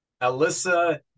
Alyssa